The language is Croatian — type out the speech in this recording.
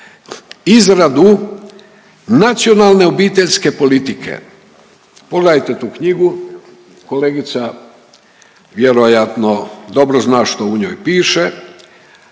izradu „Nacionalne obiteljske politike“,